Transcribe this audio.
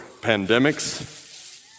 pandemics